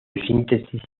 síntesis